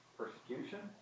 persecution